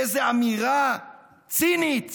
איזו אמירה צינית